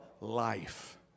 life